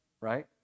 right